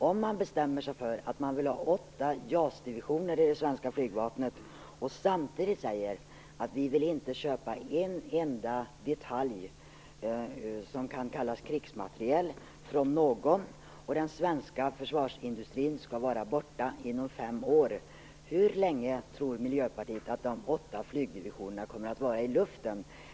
Om man bestämmer sig för att man vill ha åtta JAS-divisioner i det svenska flygvapnet och samtidigt säger att man inte vill köpa en enda detalj som kan kallas krigsmateriel från någon och att den svenska försvarsindustrin skall vara borta inom fem år, hur länge tror Miljöpartiet att dessa åtta flygdivisionerna kommer att vara i luften?